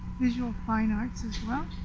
visual fine arts as well.